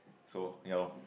so ya lor